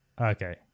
Okay